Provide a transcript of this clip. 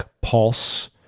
pulse